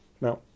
Now